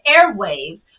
airwaves